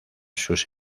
sus